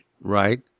Right